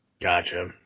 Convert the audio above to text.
Gotcha